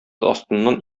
астыннан